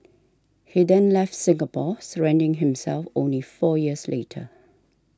he then left Singapore surrendering himself only four years later